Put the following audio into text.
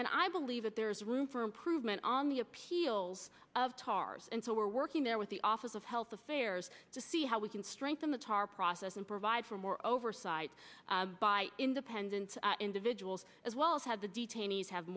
and i believe that there is room for improvement on the appeals of tars and so we're working there with the office of health affairs to see how we can strengthen the tar process and provide for more oversight by independent individuals as well as have the detainees have